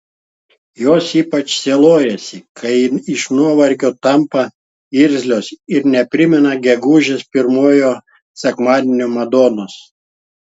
jos ypač sielojasi kai iš nuovargio tampa irzlios ir neprimena gegužės pirmojo sekmadienio madonos